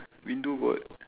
window got